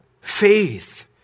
Faith